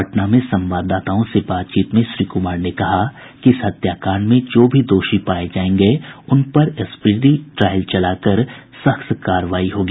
पटना में संवाददाताओं से बातचीत में श्री कुमार ने कहा कि इस हत्याकांड में जो भी दोषी पाये जायेंगे उन पर स्पीडी ट्रायल चलाकर सख्त कार्रवाई होगी